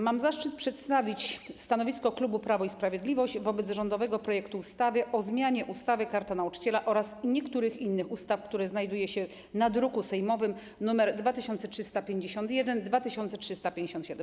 Mam zaszczyt przedstawić stanowisko klubu Prawo i Sprawiedliwość wobec rządowego projektu ustawy o zmianie ustawy - Karta Nauczyciela oraz niektórych innych ustaw, który znajduje się w drukach sejmowych nr 2351 i 2357.